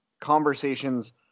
conversations